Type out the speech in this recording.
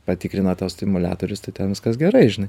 patikrina tau stimuliatorius tai ten viskas gerai žinai